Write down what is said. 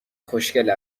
خوشگل